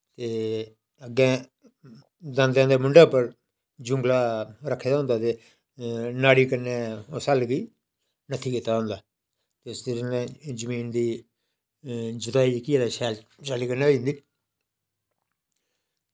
ते अग्गें दांदें दे मुंढै पर जुंगला रक्खे दा होंदा ते नुहाड़ी कन्नै उस हल्ल गी नत्थी लैता होंदा जिस कन्नै सीज़न दी जुताई जेह्ड़ी ऐ शैल होई जंदी